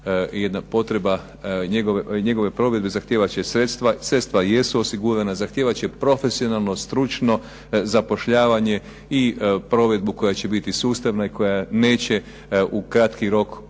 jedna potreba njegove provedbe zahtijevat će sredstva. Sredstva jesu osigurana, zahtijevat će profesionalno, stručno zapošljavanje i provedbu koja će biti sustavna i koja neće u kratkome roku imati